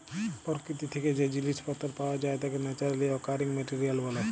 পরকিতি থ্যাকে যে জিলিস পত্তর পাওয়া যায় তাকে ন্যাচারালি অকারিং মেটেরিয়াল ব্যলে